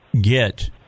get